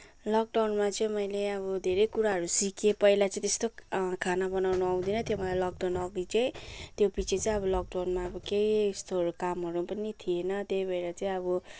लकडाउनमा चाहिँ मैले अब धेरै कुराहरू सिकेँ पहिला चाहिँ त्यस्तो खाना बनाउन आउँदैन थियो मलाई लकडाउन अघि चाहिँ त्यो पिछे चाहिँ अब लकडानमा अब केही यस्तोहरू कामहरू पनि थिएन त्यही भएर चाहिँ अब